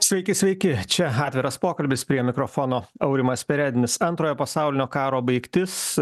sveiki sveiki čia atviras pokalbis prie mikrofono aurimas perednis antrojo pasaulinio karo baigtis